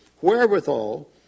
wherewithal